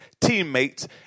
teammates